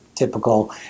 typical